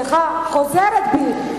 חברת הכנסת ברקוביץ,